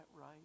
right